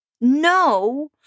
No